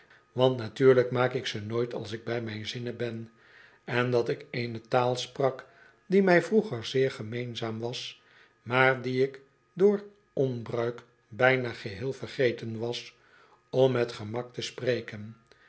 want natuurlijk maak ik ze nooit als ik bij mijn zinnen ben en dat ik eene taal sprak die mij vroeger zeer gemeenzaam was maar die ik door onbruik bijna geheel vergeten was om met gemak te spreken